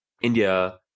India